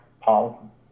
Paul